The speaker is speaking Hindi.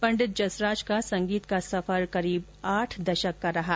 पंडित जसराज का संगीत का सफर करीब आठ दशक का रहा